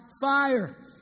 fire